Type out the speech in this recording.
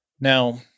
Now